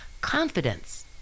confidence